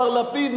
מר לפיד,